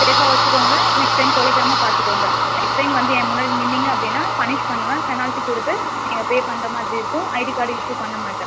சேஃபாக வச்சுக்கோங்க next time தொலைக்காமல் பார்த்துக்கோங்க நெக்ஸ்ட் டைம் வந்து என் முன்னாடி நின்றீங்க அப்படின்னா பனிஷ் பண்ணுவேன் பெனால்ட்டி கொடுத்து நீங்கள் பே பண்ணுற மாதிரி இருக்கும் ஐடி கார்டு இஷ்யூ பண்ணமாட்டேன்